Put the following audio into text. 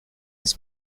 was